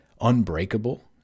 unbreakable